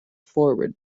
forward